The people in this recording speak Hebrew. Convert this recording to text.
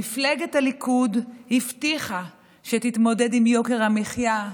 מפלגת הליכוד הבטיחה שתתמודד עם יוקר המחיה,